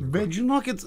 bet žinokit